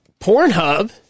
Pornhub